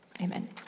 Amen